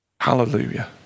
Hallelujah